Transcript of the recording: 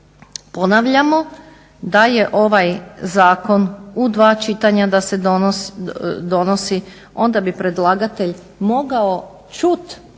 ponavljamo da je ovaj zakon u dva čitanja da se donosi onda bi predlagatelj mogao čut